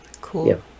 Cool